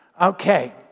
okay